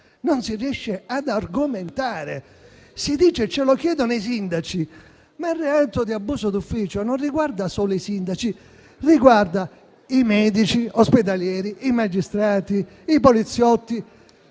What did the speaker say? Non si riesce ad argomentare. Si dice che ce lo chiedono i sindaci, ma il reato di abuso d'ufficio non riguarda solo loro, bensì i medici ospedalieri, i magistrati, i poliziotti